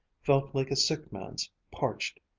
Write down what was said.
felt like a sick man's, parched,